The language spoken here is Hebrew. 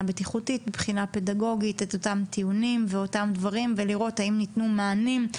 בטיחותית ופדגוגית את אותם הדברים ולראות האם ניתנו מענים,